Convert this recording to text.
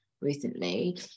recently